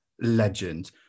legend